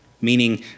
meaning